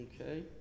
Okay